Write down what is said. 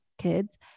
kids